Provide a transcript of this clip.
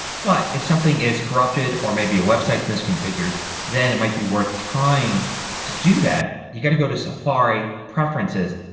but if something is corrupted or maybe a website is misconfigured then it might be worth trying to do that. you have to go to safari, preferences,